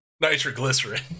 nitroglycerin